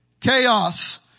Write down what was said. Chaos